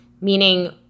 meaning